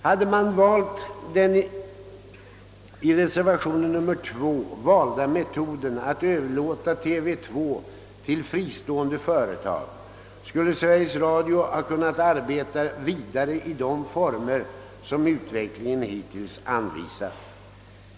Hade man valt den i reservation 2 förordade metoden att överlåta TV 2 till fristående företag, skulle Sveriges Radio ha kunnat arbeta vidare i de former som utvecklingen hittills anvisat.